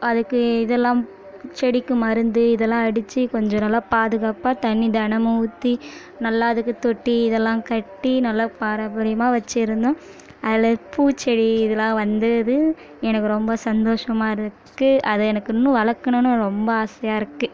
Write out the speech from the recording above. அதுக்கு இதெல்லாம் செடிக்கு மருந்து இதெல்லாம் அடித்து கொஞ்சம் நல்லா பாதுகாப்பாக தண்ணி தினமும் ஊற்றி நல்லா அதுக்கு தொட்டி இதெல்லாம் கட்டி நல்லா பாரம்பரியமாக வச்சுருந்தோம் அதில் பூச்செடி இதலாம் வந்துது எனக்கு ரொம்ப சந்தோசமாக இருக்கு அது இன்னும் எனக்கு வளர்க்கணும்னு ரொம்ப ஆசையாக இருக்கு